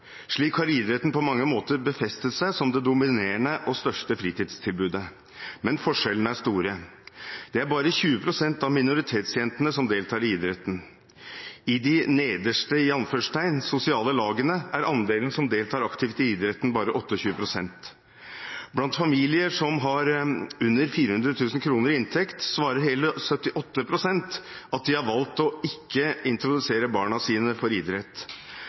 Slik har idretten på mange måter befestet seg som det dominerende og største fritidstilbudet. Men forskjellene er store. Det er bare 20 pst. av minoritetsjentene som deltar i idretten. I de «nederste» sosiale lagene er andelen som deltar aktivt i idretten, bare 28 pst. Blant familier som har under 400 000 kr i inntekt, svarer hele 78 pst. at de har valgt ikke å introdusere idrett for barna sine.